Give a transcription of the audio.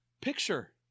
picture